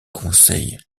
conseil